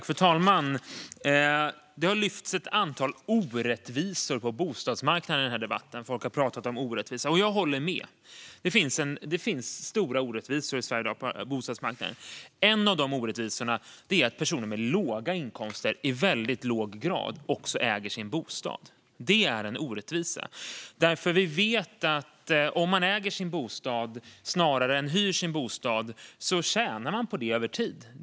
Fru talman! Ett antal orättvisor på bostadsmarknaden har lyfts fram i den här debatten. Folk har pratat om orättvisa. Jag håller med. Det finns stora orättvisor i Sverige i dag på bostadsmarknaden. En av de orättvisorna är att personer med låga inkomster i väldigt låg grad äger sin bostad. Det är en orättvisa. Om man äger sin bostad i stället för att hyra den vet vi att man tjänar på det över tid.